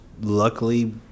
luckily